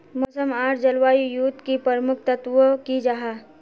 मौसम आर जलवायु युत की प्रमुख तत्व की जाहा?